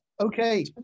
okay